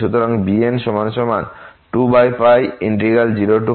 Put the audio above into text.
সুতরাং bn20fxsin nx dx